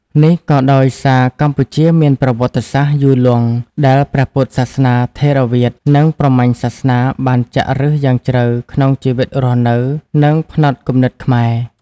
នេះក៏ដោយសារកម្ពុជាមានប្រវត្តិសាស្ត្រយូរលង់ ដែលព្រះពុទ្ធសាសនាថេរវាទ និងព្រហ្មញ្ញសាសនាបានចាក់ឫសយ៉ាងជ្រៅក្នុងជីវិតរស់នៅ និងផ្នត់គំនិតខ្មែរ។